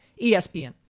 ESPN